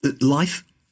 Life